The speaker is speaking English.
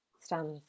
stands